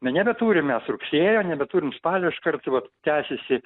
na nebeturim mes rugsėjo nebeturim spalio iš karto vat tęsiasi